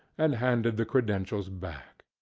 and handed the credentials back.